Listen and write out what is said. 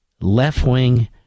left-wing